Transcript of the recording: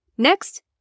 Next